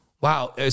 wow